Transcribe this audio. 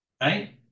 right